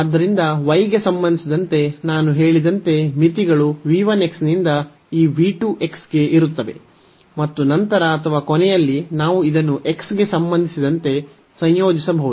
ಆದ್ದರಿಂದ y ಗೆ ಸಂಬಂಧಿಸಿದಂತೆ ನಾನು ಹೇಳಿದಂತೆ ಮಿತಿಗಳು v 1 ನಿಂದ ಈ v 2 ಗೆ ಇರುತ್ತವೆ ಮತ್ತು ನಂತರ ಅಥವಾ ಕೊನೆಯಲ್ಲಿ ನಾವು ಇದನ್ನು x ಗೆ ಸಂಬಂಧಿಸಿದಂತೆ ಸಂಯೋಜಿಸಬಹುದು